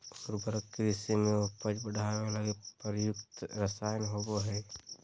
उर्वरक कृषि में उपज बढ़ावे लगी प्रयुक्त रसायन होबो हइ